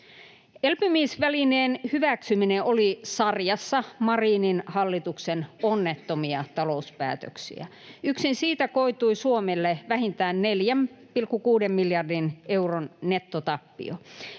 Elpymisvälineen hyväksyminen oli sarjassa Marinin hallituksen onnettomia talouspäätöksiä. Yksin siitä koitui Suomelle vähintään 4,6 miljardin euron nettotappio.